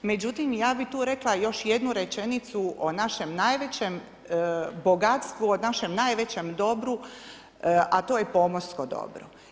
Međutim, ja bi tu rekla, još jednu rečenicu o našem najvećem bogatstvu, o našem najvećem dobru, a to je pomorsko dobro.